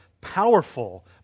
powerful